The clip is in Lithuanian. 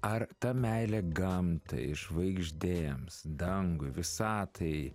ar ta meilė gamtai žvaigždėms dangui visatai